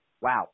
wow